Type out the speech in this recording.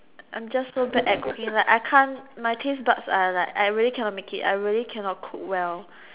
I'm just so bad at cooking like I can't my taste buds are like I really cannot make it I really cannot cook well